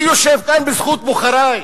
אני יושב כאן בזכות בוחרי,